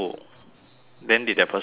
then did that person reply